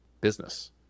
business